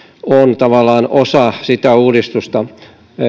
on tavallaan osa sitä uudistusta